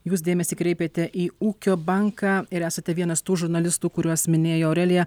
jūs dėmesį kreipėte į ūkio banką ir esate vienas tų žurnalistų kuriuos minėjo aurelija